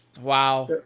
Wow